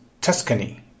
Tuscany